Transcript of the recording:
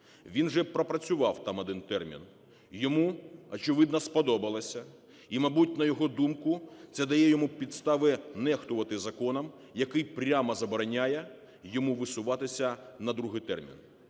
Він вже пропрацював там один термін, йому, очевидно, сподобалося. І, мабуть, на його думку, це дає йому підстави нехтувати законом, який прямо забороняє йому висуватися на другий термін.